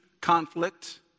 conflict